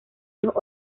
los